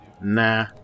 Nah